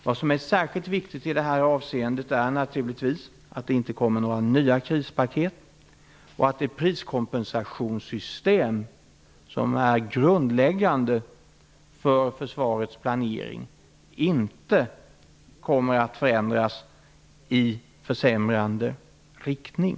Vad som är särskilt viktigt i detta avseende är naturligtvis att det inte kommer några nya krispaket och att det priskompensationssystem som är grundläggande för försvarets planering inte kommer att förändras i försämrande riktning.